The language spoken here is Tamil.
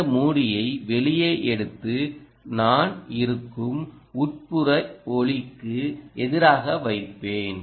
இந்த மூடியை வெளியே எடுத்து நான் இருக்கும் உட்புற ஒளிக்கு எதிராக வைப்பேன்